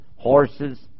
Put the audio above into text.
horses